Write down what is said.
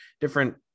different